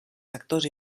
sectors